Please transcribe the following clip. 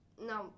no